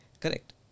Correct